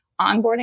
onboarding